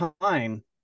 time